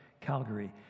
Calgary